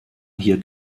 hier